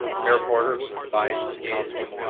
mayor porter, vice, councilmen,